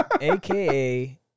aka